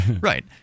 Right